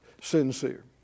sincere